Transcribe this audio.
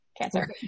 cancer